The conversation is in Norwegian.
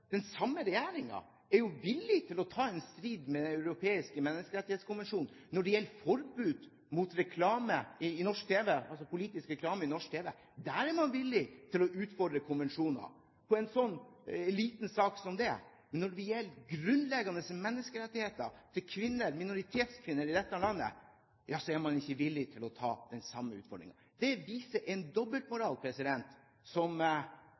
den samme regjeringen er villig til å ta en strid med Den europeiske menneskerettskonvensjonen når det gjelder forbud mot politisk reklame i norsk tv. Man er villig til å utfordre konvensjoner i en liten sak som det. Men når det gjelder grunnleggende menneskerettigheter til minoritetskvinner i dette landet, er man ikke villig til å ta den samme utfordringen. Det viser en dobbeltmoral som man sjelden ser i denne salen. Det gjenspeiler seg også i nivået på argumentene som